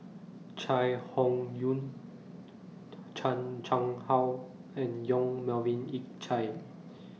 Chai Hon Yoong Chan Chang How and Yong Melvin Yik Chye